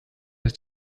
ist